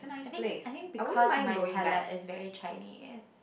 I think I think because my palate is very Chinese